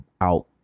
out